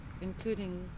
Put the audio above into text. including